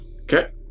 Okay